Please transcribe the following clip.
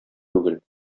түгел